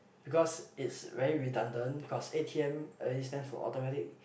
because it's very redundant plus a_t_m A stand for automatic